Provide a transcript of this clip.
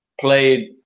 played